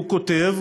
הוא כותב,